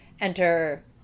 Enter